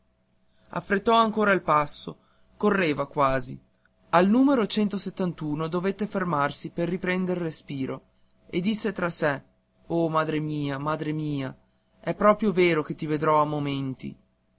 vide il numero dovette fermarsi per riprender respiro e disse tra sé o madre mia madre mia è proprio vero che ti vedrò a momenti